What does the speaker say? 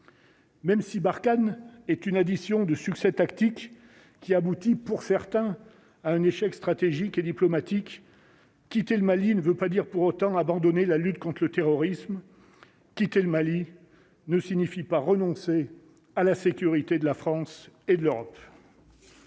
Même si Barkhane est une addition de succès tactique qui abouti pour certains à un échec stratégique et diplomatique quitter le Mali ne veut pas dire pour autant abandonner la lutte contre le terrorisme, quitter le Mali ne signifie pas renoncer à la sécurité de la France et de l'Europe.